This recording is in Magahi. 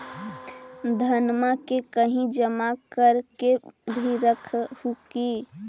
धनमा के कहिं जमा कर के भी रख हू की?